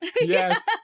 Yes